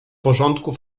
porządku